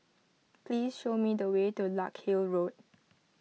please show me the way to Larkhill Road